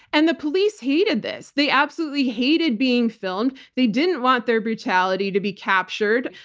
and the police hated this. they absolutely hated being filmed. they didn't want their brutality to be captured.